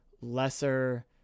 lesser